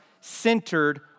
centered